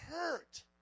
hurt